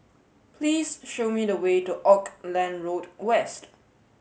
please show me the way to Auckland Road West